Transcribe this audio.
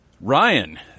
Ryan